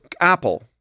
Apple